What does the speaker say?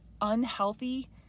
unhealthy